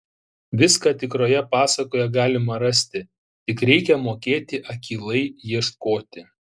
viską tikroje pasakoje galima rasti tik reikia mokėti akylai ieškoti